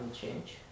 change